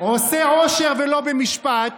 "עשה עושר ולא במשפט"